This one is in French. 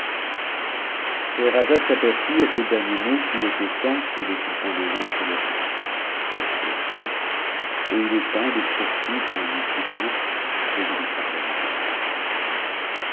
scheherazade s'aperçut à ces derniers mots qu'il était temps que le sn ta i des indes se levât elle se tut et eut le temps de poursuivre la nuit hivante et de lui parler en ces termes